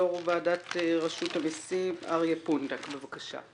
יו"ר ועדת רשות המסים אריה פונדק בבקשה.